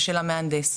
ושל המהנדס,